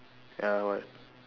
ya what